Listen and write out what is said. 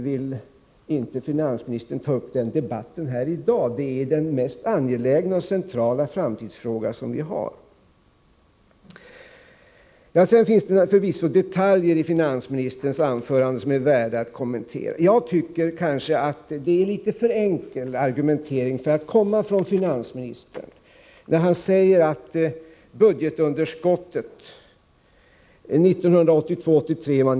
Varför vill finansministern inte ta upp den debatten här i dag? Det är den mest angelägna och centrala framtidsfråga som vi har. Sedan finns det förvisso även andra detaljer i finansministerns anförande som är värda att kommentera. Jag tycker att det är en litet för enkel argumentering för att komma från finansministern att säga att budgetunderskottet 1982/83 var 82 miljarder kronor.